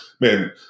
man